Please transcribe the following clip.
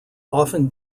often